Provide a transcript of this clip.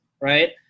Right